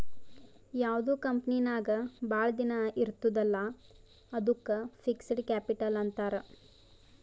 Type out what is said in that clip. ಯಾವ್ದು ಕಂಪನಿ ನಾಗ್ ಭಾಳ ದಿನ ಇರ್ತುದ್ ಅಲ್ಲಾ ಅದ್ದುಕ್ ಫಿಕ್ಸಡ್ ಕ್ಯಾಪಿಟಲ್ ಅಂತಾರ್